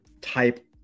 type